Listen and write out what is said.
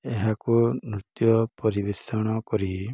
ଏହାକୁ ନୃତ୍ୟ ପରିବେଷଣ କରି